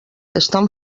estan